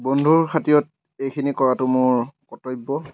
বন্ধুৰ খাতিৰত এইখিনি কৰাটো মোৰ কৰ্তব্য